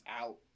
out